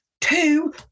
Two